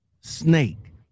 snake